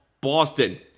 Boston